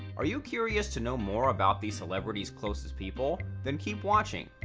are you curious to know more about the celebrity's closest people? then keep watching!